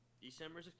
December